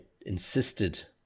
insisted